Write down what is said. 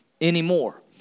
anymore